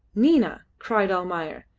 nina! cried almayer,